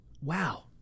wow